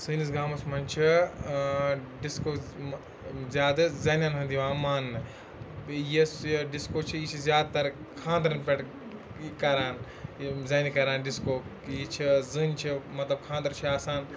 سٲنِس گامَس منٛز چھِ ڈِسکو زیادٕ زَنٮ۪ن ہُنٛد یِوان ماننہٕ بیٚیہِ یُس یہِ ڈِسکو چھِ یہِ چھِ زیادٕتر خانٛدرَن پٮ۪ٹھ یہِ کَران یِم زَنہِ کَران ڈِسکو یہِ چھِ زٔنۍ چھِ مطلب خانٛدر چھُ آسان